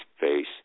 face